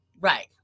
Right